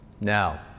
now